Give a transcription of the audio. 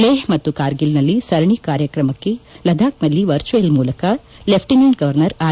ಲೇಪ್ ಮತ್ತು ಕಾರ್ಗಿಲ್ನಲ್ಲಿ ಸರಣಿ ಕಾರ್ಯಕ್ರಮಕ್ಕೆ ಲದ್ದಾಖ್ನಲ್ಲಿ ವರ್ಚುವಲ್ ಮೂಲಕ ಲೆಫ್ಟಿನಂಟ್ ಗವರ್ನರ್ ಆರ್